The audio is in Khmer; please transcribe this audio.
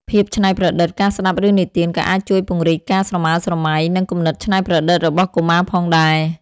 ភាពច្នៃប្រឌិត ការស្ដាប់រឿងនិទានក៏អាចជួយពង្រីកការស្រមើលស្រមៃ និងគំនិតច្នៃប្រឌិតរបស់កុមារផងដែរ។